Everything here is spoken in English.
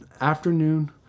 afternoon